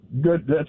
Good